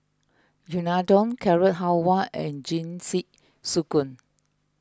Unadon Carrot Halwa and